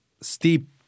steep